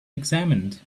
examined